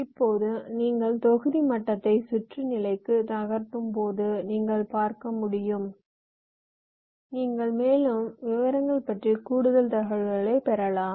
இப்போது நீங்கள் தொகுதி மட்டத்தை சுற்று நிலைக்கு நகர்த்தும்போது நீங்கள் பார்க்க முடியும் நீங்கள் மேலும் விவரங்கள் பற்றிய கூடுதல் தகவல்களை பெறலாம்